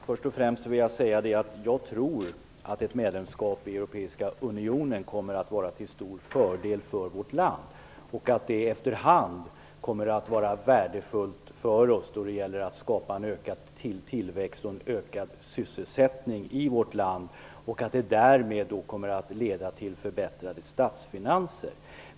Fru talman! Jag tror att ett medlemskap i den europeiska unionen kommer att vara till stor fördel för vårt land. Efterhand kommer medlemskapet att vara värdefullt för oss när det gäller att skapa en ökad tillväxt och sysselsättning i vårt land. Det kommer därmed att leda till förbättrade statsfinanser.